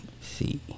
see